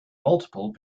multiple